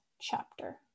chapter